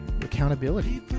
accountability